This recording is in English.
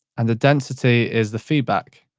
and the density is the feedback.